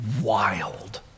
wild